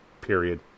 period